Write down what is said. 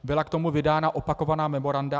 Byla k tomu vydána opakovaná memoranda.